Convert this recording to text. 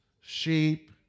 sheep